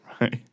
right